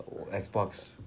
Xbox